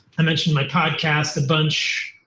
i mentioned my podcast a bunch.